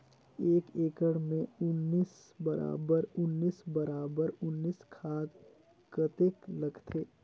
एक एकड़ मे उन्नीस बराबर उन्नीस बराबर उन्नीस खाद कतेक लगथे?